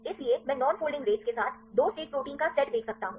इसलिए मैं non folding rates के साथ 2 स्टेट प्रोटीन का सेट देख सकता हूं